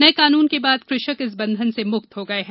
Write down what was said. नए कानून के बाद कृषक इस बंधन से मुक्त हो गए हैं